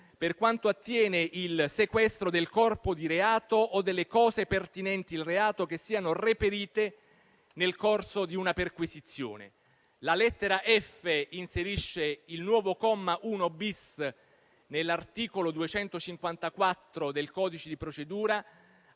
per quanto attiene il sequestro del corpo di reato o delle cose pertinenti il reato, che siano reperite nel corso di una perquisizione. La lettera *f*) inserisce il nuovo comma 1-*bis* nell'articolo 254 del codice di procedura